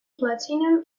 platinum